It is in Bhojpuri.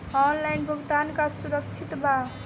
ऑनलाइन भुगतान का सुरक्षित बा?